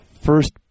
first